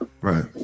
Right